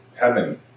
heaven